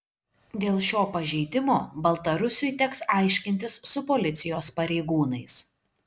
dėl šio pažeidimo baltarusiui teks aiškintis su policijos pareigūnais